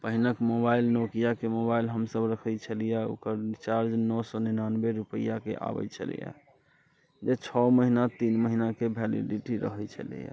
पहिलुक मोबाइल नोकिआके मोबाइल हमसब रखैत छलियै ओकर रिचार्ज नओ सए निनानबे रूपैआके आबैत छलै हँ जे छओ महीना तीन महिनाके वैलिडिटी रहैत छलै एहि